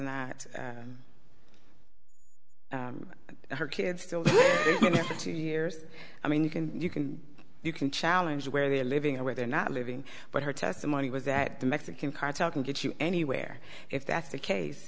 her kids for two years i mean you can you can you can challenge where they are living or where they're not living but her testimony was that the mexican cartel can get you anywhere if that's the case